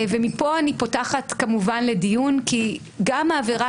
ומפה אני פותחת כמובן לדיון כי גם העבירה